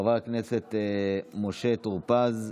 חבר הכנסת משה טור פז.